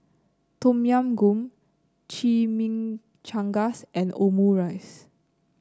Tom Yam Goong Chimichangas and Omurice